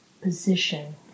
position